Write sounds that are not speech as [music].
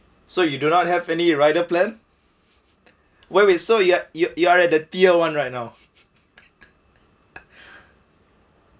so you do not have any rider plan where we saw you you you are at the tier one right now [laughs]